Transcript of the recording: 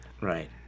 Right